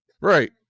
Right